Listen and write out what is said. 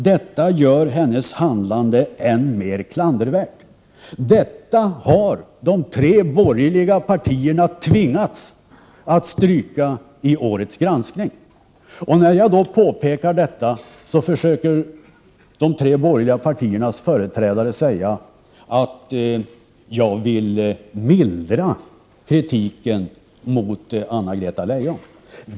Detta gör hennes handlande än mer klandervärt.” Detta har de tre borgerliga partierna tvingats att stryka i årets granskning. När jag påpekade detta försökte de tre borgerliga partiernas företrädare säga att jag vill mildra kritiken mot Anna-Greta Leijon.